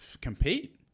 compete